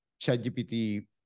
ChatGPT